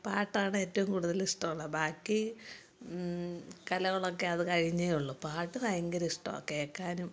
പാട്ടാണ് ഏറ്റവും കൂടുതല് ഇഷ്ടമുള്ളത് ബാക്കി കലകളൊക്കെ അത് കഴിഞ്ഞേ ഉള്ളു പാട്ട് ഭയങ്കരര ഇഷ്ടമാണ് കേള്ക്കാനും